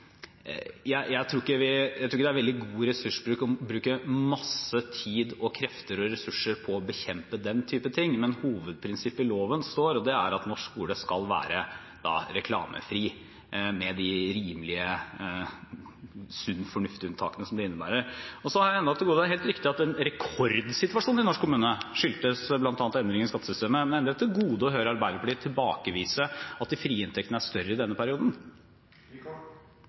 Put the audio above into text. Jeg tror ikke det er veldig god ressursbruk å bruke masse tid og krefter og ressurser på å bekjempe den type ting. Men hovedprinsippet i loven står. Det er at norsk skole skal være reklamefri med de rimelige sunn fornuft-unntakene som det innebærer. Det er helt riktig at en rekordsituasjon i norske kommuner skyldtes bl.a. endring i skattesystemet, men jeg har ennå til gode å høre Arbeiderpartiet tilbakevise at de frie inntektene er større i denne perioden.